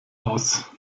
aus